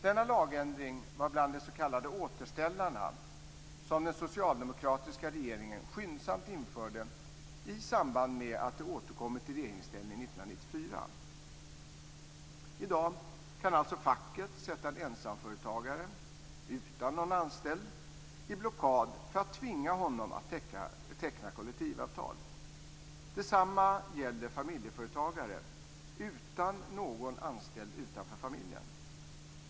Denna lagändring var bland de s.k. återställarna som den socialdemokratiska regeringen skyndsamt införde i samband med att de återkommit i regeringsställning 1994. I dag kan alltså facket sätta en ensamföretagare, utan någon anställd, i blockad för att tvinga honom att teckna kollektivavtal. Detsamma gäller familjeföretagare utan någon anställd utanför familjen.